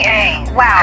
Wow